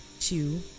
two